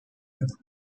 differ